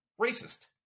racist